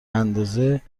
اندازه